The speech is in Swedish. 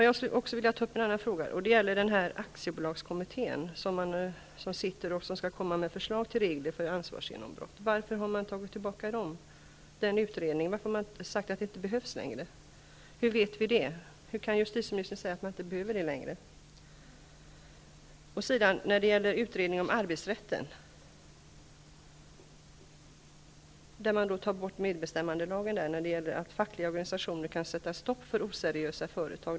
Jag skulle vilja ta upp en annan fråga, och det gäller aktiebolagskommittén, som skall komma med förslag till regler för ansvarsgenombrott. Varför har man tagit tillbaka utredningen och sagt att detta inte längre behövs? Hur vet man det? Hur kan justitieministern säga att det inte längre behövs? När det gäller utredningen om arbetsrätten tar man bort medbestämmandelagen, som innebär att fackliga organisationer kan sätta stopp för oseriösa företag.